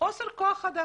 חוסר כוח אדם.